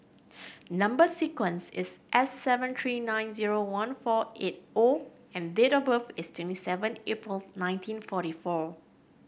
number sequence is S seven three nine zero one four eight O and date of birth is twenty seven April nineteen forty four